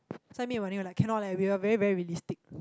send me your money we'll like cannot leh we're very very realistic